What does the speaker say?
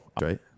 right